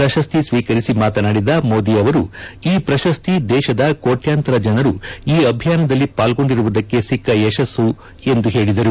ಪ್ರಶಸ್ತಿ ಸ್ಸೀಕರಿಸಿ ಮಾತನಾಡಿದ ಮೋದಿ ಅವರು ಈ ಪ್ರಶಸ್ತಿ ದೇಶದ ಕೋಟ್ಯಾಂತರ ಜನರು ಈ ಅಭಿಯಾನದಲ್ಲಿ ಪಾಲ್ಗೊಂಡಿರುವುದಕ್ಕೆ ಸಿಕ್ಸ ಯಶಸ್ಸು ಎಂದು ಹೇಳಿದರು